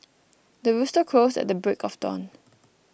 the rooster crows at the break of dawn